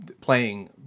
playing